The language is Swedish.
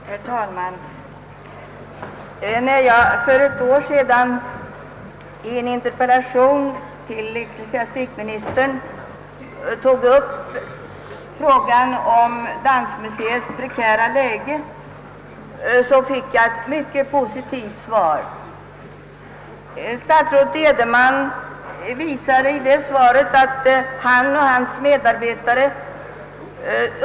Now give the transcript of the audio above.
Herr talman! När jag för ett år sedan i en interpellation till ecklesiastikministern tog upp frågan om Dansmuseets prekära situation fick jag ett mycket positivt svar. Statsrådet Edenman visade i det svaret, att han och hans medarbetare.